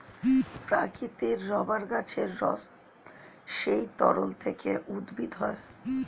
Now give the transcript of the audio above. প্রাকৃতিক রাবার গাছের রস সেই তরল থেকে উদ্ভূত হয়